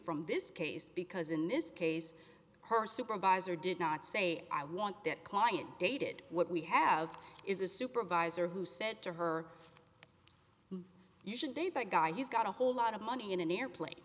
from this case because in this case her supervisor did not say i want that client dated what we have is a supervisor who said to her you should date that guy he's got a whole lot of money in an airplane